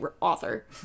author